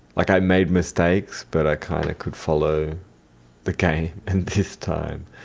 like i made mistakes but i kind of could follow the game. and this time,